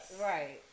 right